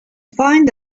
find